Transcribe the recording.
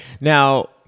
Now